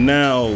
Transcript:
now